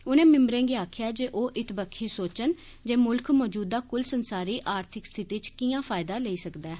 उनें मिम्बरें गी आक्खेआ जे ओ इत बक्खी सोचन जे मुल्ख मौजूदा कुलसंसारी आर्थिक स्थिति च कियां फायदा लेई सकदा ऐ